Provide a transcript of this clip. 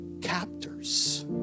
captors